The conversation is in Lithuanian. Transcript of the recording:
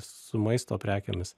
su maisto prekėmis